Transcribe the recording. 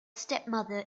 stepmother